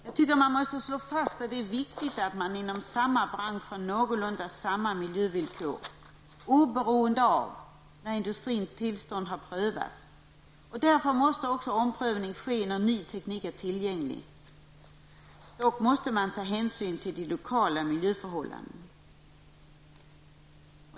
Det är viktigt att slå fast att man inom samma bransch har någorlunda lika miljövillkor, oberoende av när industrins tillstånd har prövats. Därför måste omprövning ske när ny teknik blir tillgänglig. Hänsyn skall dock tas till lokala miljöförhållanden.